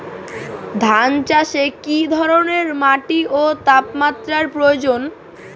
ধান চাষে কী ধরনের মাটি ও তাপমাত্রার প্রয়োজন?